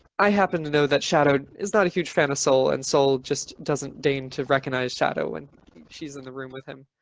i happen to know that shadow is not a huge fan of soul and soul just doesn't dare to recognize shadow when she's in the room with him.